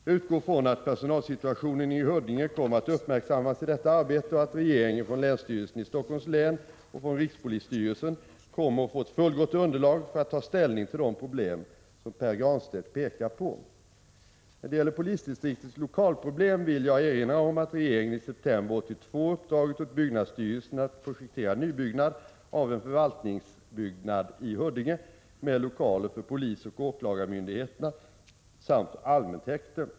Jag utgår från att personalsituationen i Huddinge kommer att uppmärksammas i detta arbete och att regeringen från länsstyrelsen i Stockholms län och från rikspolisstyrelsen kommer att få ett fullgott underlag för att ta ställning till de problem som Pär Granstedt pekar på. När det gäller polisdistriktets lokalproblem vill jag erinra om att regeringen i september 1982 uppdragit åt byggnadsstyrelsen att projektera nybyggnad av en förvaltningsbyggnad i Huddinge med lokaler för polisoch åklagarmyndigheterna samt allmänt häkte.